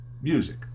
music